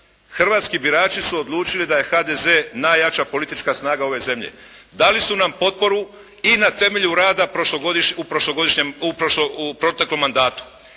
hrvatski birači su odlučili da je HDZ najjača politička snaga ove zemlje. Dali su nam potporu i na temelju rada u prošlogodišnjem,